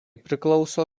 priklauso